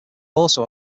also